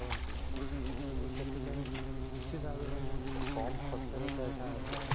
କୁହନ୍ତୁ ତ ସେଥିପାଇଁ ନିଶ୍ଚିନ୍ତ ଭାବେ ମାନେ କମ୍ ଖର୍ଚ୍ଚରେ ତ ଏଇଟା